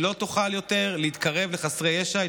לא תוכל להתקרב יותר לחסרי ישע.